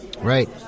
Right